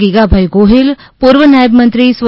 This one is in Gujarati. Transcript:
ગીગાભાઇ ગોહિલ પૂર્વ નાયબ મંત્રી સ્વ